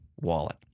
wallet